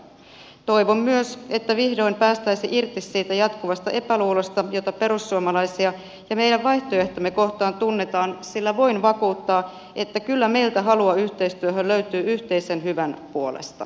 toivon myös että vihdoin päästäisiin irti siitä jatkuvasta epäluulosta jota perussuomalaisia ja meidän vaihtoehtojamme kohtaan tunnetaan sillä voin vakuuttaa että kyllä meiltä halua yhteistyöhön löytyy yhteisen hyvän puolesta